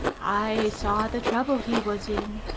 i saw the trouble he was in,